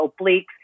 obliques